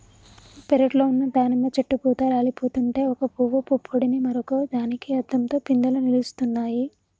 పెరట్లో ఉన్న దానిమ్మ చెట్టు పూత రాలిపోతుంటే ఒక పూవు పుప్పొడిని మరొక దానికి అద్దంతో పిందెలు నిలుస్తున్నాయి